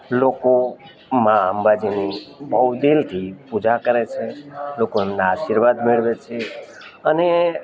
લોકો મા અંબાજીની બહુ દિલથી પૂજા કરે છે લોકો એમના આશીર્વાદ મેળવે છે અને